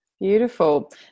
Beautiful